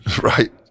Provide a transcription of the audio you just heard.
Right